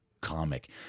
comic